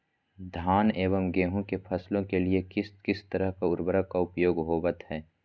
धान एवं गेहूं के फसलों के लिए किस किस तरह के उर्वरक का उपयोग होवत है?